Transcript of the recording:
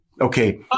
okay